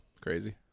crazy